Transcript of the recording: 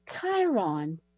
chiron